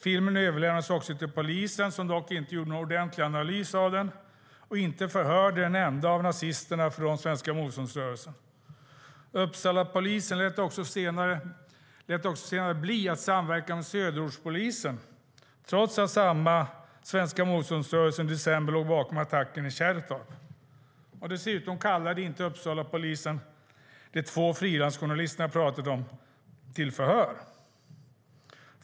Filmen överlämnades till polisen, som dock inte gjorde någon ordentlig analys av den och inte förhörde en enda av nazisterna från Svenska motståndsrörelsen. Uppsalapolisen lät senare bli att samverka med Söderortspolisen, trots att Svenska motståndsrörelsen låg bakom attacken i Kärrtorp i december. Dessutom kallade inte Uppsalapolisen de två frilansjournalisterna jag pratade om till förhör.